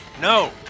no